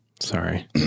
Sorry